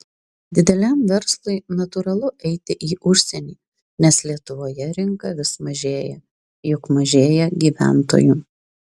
dideliam verslui natūralu eiti į užsienį nes lietuvoje rinka vis mažėja juk mažėja gyventojų